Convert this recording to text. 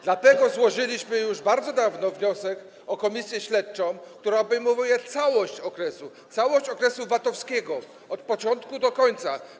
Dlatego złożyliśmy już bardzo dawno temu wniosek o komisję śledczą, która obejmowałaby całość okresu, całość okresu VAT-owskiego, od początku do końca.